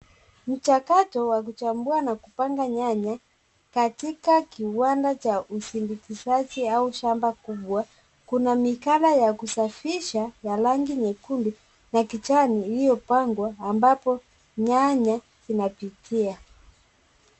Mchakato wa kuchambua na kupanga nyanya katika kiwanda cha usindikizaji au shamba kubwa kuna mikala ya kusafisha ya rangi nyekundu na kijani iliyopangwa ambapo nyanya zinapitia.